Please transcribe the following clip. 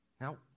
Now